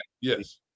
Yes